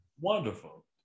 wonderful